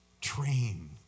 Train